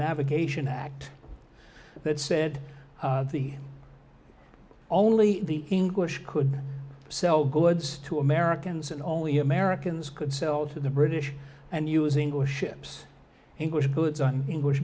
navigation act that said the only the english could sell goods to americans and only americans could sell to the british and use english ships english goods on english